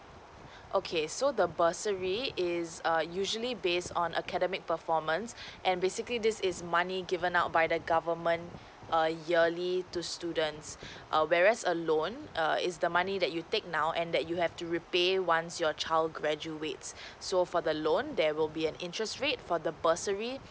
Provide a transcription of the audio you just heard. okay so the bursary is a usually based on academic performance and basically this is money given out by the government a yearly to students err whereas a loan err is the money that you take now and that you have to repay once your child graduates so for the loan there will be an interest rate for the bursary